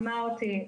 אמרתי,